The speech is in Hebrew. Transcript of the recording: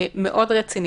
רציני